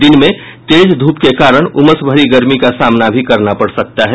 दिन में तेज धूप के कारण उमस भरी गर्मी का सामना भी करना पड़ सकता है